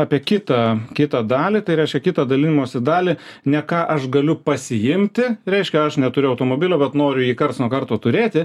apie kitą kitą dalį tai reiškia kitą dalinimosi dalį ne ką aš galiu pasiimti reiškia aš neturiu automobilio bet noriu jį karts nuo karto turėti